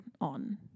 on